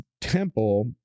temple